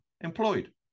employed